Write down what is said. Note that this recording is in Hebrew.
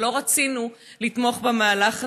אבל לא רצינו לתמוך במהלך הזה,